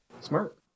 smart